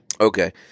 Okay